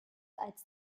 als